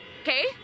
okay